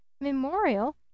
memorial